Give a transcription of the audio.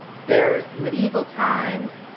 there's medieval times,